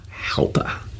helper